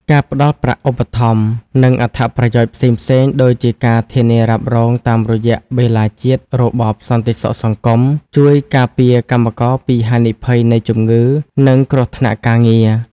ការផ្ដល់ប្រាក់ឧបត្ថម្ភ និងអត្ថប្រយោជន៍ផ្សេងៗដូចជាការធានារ៉ាប់រងតាមរយៈបេឡាជាតិរបបសន្តិសុខសង្គម ជួយការពារកម្មករពីហានិភ័យនៃជំងឺ និងគ្រោះថ្នាក់ការងារ។